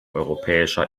europäischer